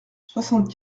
soixante